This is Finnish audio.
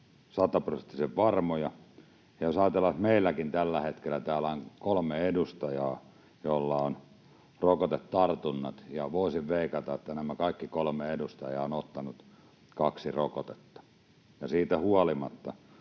sataprosenttisen varmoja, niin kuitenkin jos ajatellaan, että meilläkin täällä on tällä hetkellä kolme edustajaa, joilla on koronatartunta, ja voisin veikata, että nämä kaikki kolme edustajaa ovat ottaneet kaksi rokotetta ja siitä huolimatta